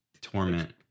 torment